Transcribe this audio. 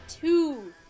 two